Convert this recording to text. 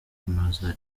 kunoza